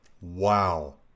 Wow